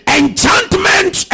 enchantment